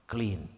Clean